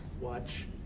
watch